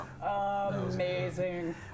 Amazing